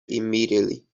immediately